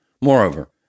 Moreover